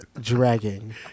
dragging